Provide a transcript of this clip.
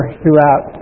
throughout